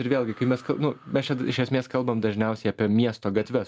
ir vėlgi kai mes nu mes čia iš esmės kalbam dažniausiai apie miesto gatves